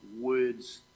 words